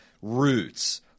Roots